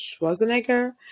Schwarzenegger